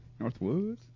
Northwoods